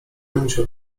musiał